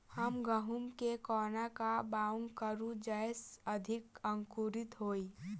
हम गहूम केँ कोना कऽ बाउग करू जयस अधिक अंकुरित होइ?